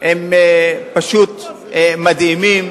הם פשוט מדהימים,